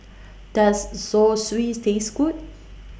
Does Zosui Taste Good